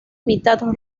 mitad